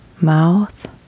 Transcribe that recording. mouth